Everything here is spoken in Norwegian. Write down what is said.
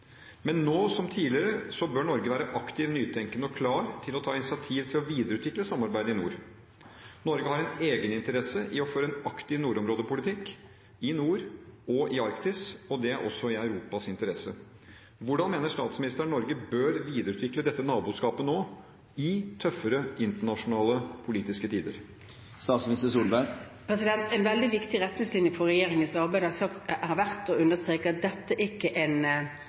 Men nå, som tidligere, bør Norge være aktiv, nytenkende og klar til å ta initiativ til å videreutvikle samarbeidet i nord. Norge har en egeninteresse av å føre en aktiv nordområdepolitikk, i nord og i Arktis, og det er også i Europas interesse. Hvordan mener statsministeren Norge bør videreutvikle dette naboskapet nå, i tøffere internasjonale politiske tider? En veldig viktig retningslinje for regjeringens arbeid har vært å understreke at dette ikke er en